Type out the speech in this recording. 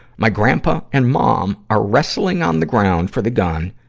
my grandpa and mom are wrestling on the ground for the gun,